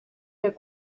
der